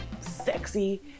sexy